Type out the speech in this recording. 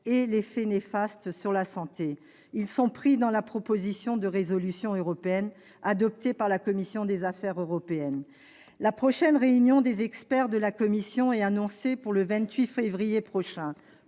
et l'effet néfaste sur la santé. Ces termes sont repris de la proposition de résolution européenne adoptée par la commission des affaires européennes. La prochaine réunion des experts de la Commission est annoncée au 28 février prochain